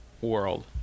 world